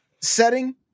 setting